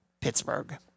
Pittsburgh